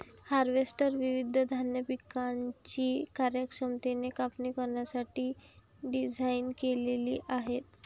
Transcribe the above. harvester विविध धान्य पिकांची कार्यक्षमतेने कापणी करण्यासाठी डिझाइन केलेले आहे